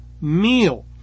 meal